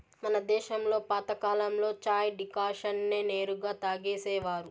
మన దేశంలో పాతకాలంలో చాయ్ డికాషన్ నే నేరుగా తాగేసేవారు